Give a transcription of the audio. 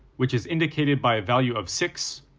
which is indicated by a value of six,